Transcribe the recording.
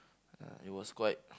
uh it was quite